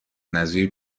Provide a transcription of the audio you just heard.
نظیر